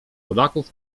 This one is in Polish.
polaków